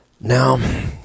Now